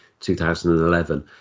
2011